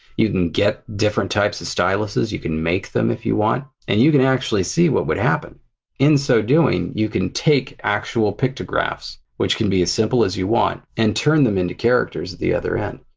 you can get different types of styluses you can make them if you want and you can actually see what would happen. and in so doing you can take actual pictographs, which can be as simple as you want and turn them into characters at the other end.